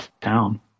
town